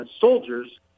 soldiers